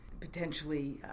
potentially